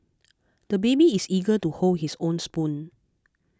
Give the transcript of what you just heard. the baby is eager to hold his own spoon